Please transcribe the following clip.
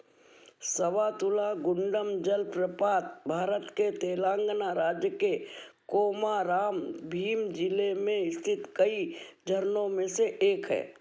सवातुला गुण्डम जलप्रपात भारत के तेलांगना राज्य के कोमाराम भीम जिले में स्थित कई झरनों में से एक है